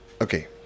Okay